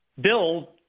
Bill